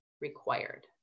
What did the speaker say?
required